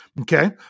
okay